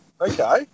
Okay